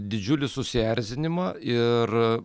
didžiulį susierzinimą ir